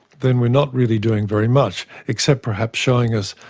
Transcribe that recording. then we are not really doing very much except perhaps showing us